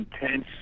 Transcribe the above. intense